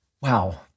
Wow